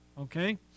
okay